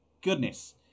goodness